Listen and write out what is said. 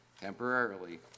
temporarily